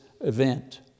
event